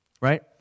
Right